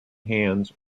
hands